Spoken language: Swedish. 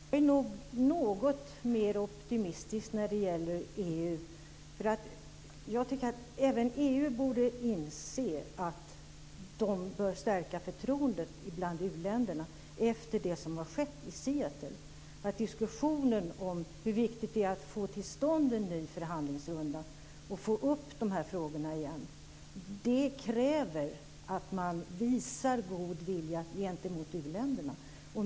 Herr talman! Jag är nog något mer optimistisk när det gäller EU. Jag tycker att även EU borde inse att man bör stärka förtroendet bland u-länderna efter det som har skett i Seattle. Diskussionen om hur viktigt det är att få till stånd en ny förhandlingsrunda och få upp de här frågorna igen kräver att man visar god vilja gentemot u-länderna.